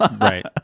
Right